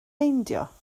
meindio